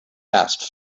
asked